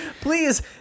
Please